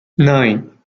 nine